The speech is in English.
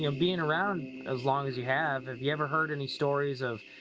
you know being around as long as you have, have you ever heard any stories of,